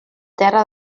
terra